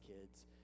kids